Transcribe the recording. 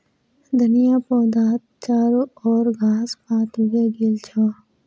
धनिया पौधात चारो ओर घास पात उगे गेल छ